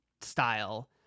style